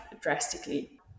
drastically